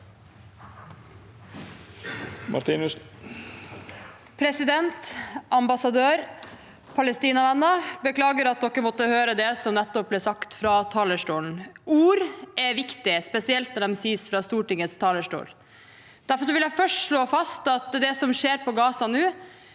President, ambassadør, Palestina-venner – beklager at dere måtte høre det som nettopp ble sagt fra talerstolen. Ord er viktige, spesielt når de sies fra Stortingets talerstol. Derfor vil jeg først slå fast at det som skjer i Gaza nå,